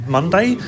Monday